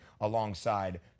alongside